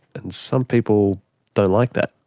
and some people don't like that,